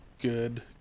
good